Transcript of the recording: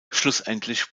schlussendlich